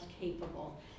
capable